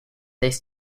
this